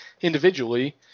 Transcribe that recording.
individually